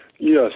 Yes